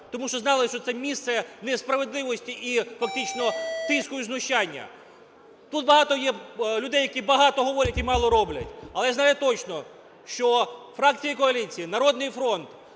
тому що знали, що це місце несправедливості і фактично тиску і знущання. Тут багато є людей, які багато говорять і мало роблять. Але знаю точно, що фракції коаліції, "Народний фронт",